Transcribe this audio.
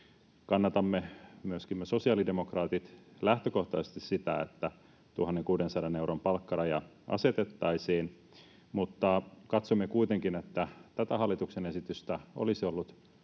Myöskin me sosiaalidemokraatit kannatamme lähtökohtaisesti sitä, että 1 600 euron palkkaraja asetettaisiin, mutta katsomme kuitenkin, että tätä hallituksen esitystä olisi ollut